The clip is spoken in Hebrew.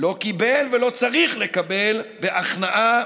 לא קיבל ולא צריך לקבל בהכנעה